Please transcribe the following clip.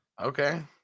Okay